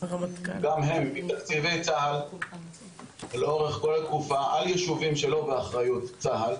גם הם מתקציבי צה"ל לאורך כל התקופה על יישובים שלא באחריות צה"ל.